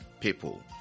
people